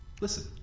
Listen